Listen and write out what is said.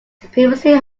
previously